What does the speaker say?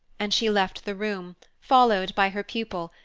and she left the room, followed by her pupil,